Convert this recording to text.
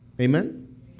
Amen